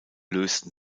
lösten